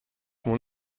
mon